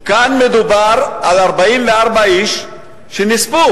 כאן מדובר על 44 איש שנספו,